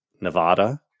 Nevada